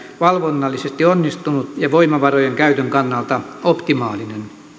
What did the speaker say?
valvonnallisesti onnistunut ja voimavarojen käytön kannalta optimaalinen